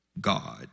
God